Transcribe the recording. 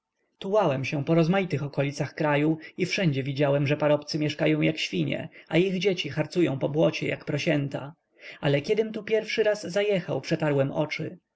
pokojów tułałem się po rozmaitych okolicach kraju i wszędzie widziałem że parobcy mieszkają jak świnie a ich dzieci harcują po błocie jak prosięta ale kiedym tu pierwszy raz zajechał przetarłem oczy